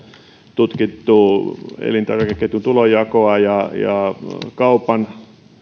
tutkittu elintarvikeketjun tulonjakoa ja ja kaupan